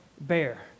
bear